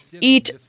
eat